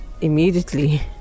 immediately